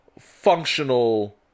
functional